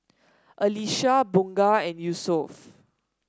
Alyssa Bunga and Yusuf